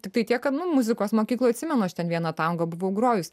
tiktai tiek kad nu muzikos mokykloj atsimenu aš ten vieną tango buvau grojus